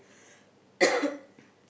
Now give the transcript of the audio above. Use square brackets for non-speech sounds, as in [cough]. [coughs]